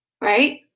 right